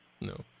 no